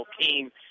team